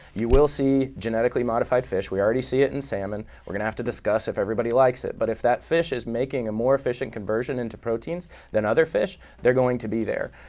you will see genetically modified fish, we already see it in salmon. we're going to have to discuss if everybody likes it. but if that fish is making a more efficient conversion into proteins than other fish, they're going to be there.